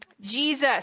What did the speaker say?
Jesus